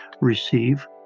receive